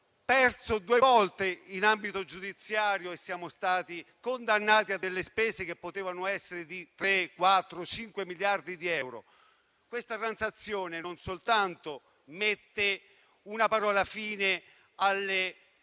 perso due volte in ambito giudiziario e siamo stati condannati a spese che potevano essere di 3, 4 o 5 miliardi di euro. Questa transazione non soltanto mette una parola fine alla